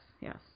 yes